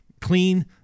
clean